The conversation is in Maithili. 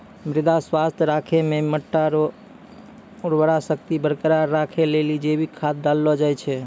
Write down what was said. मृदा स्वास्थ्य राखै मे मट्टी रो उर्वरा शक्ति बरकरार राखै लेली जैविक खाद डाललो जाय छै